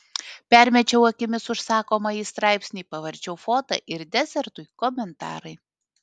permečiau akimis užsakomąjį straipsnį pavarčiau foto ir desertui komentarai